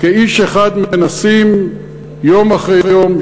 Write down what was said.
כאיש אחד מנסים יום אחרי יום,